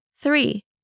three